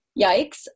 yikes